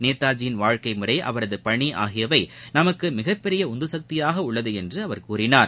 நேதாஜியின் வாழ்க்கைமுறை அவரது பணி ஆகியவை நமக்கு மிகப்பெரிய உந்து சக்தியாக உள்ளது என்று கூறினார்